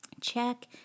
Check